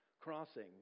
crossing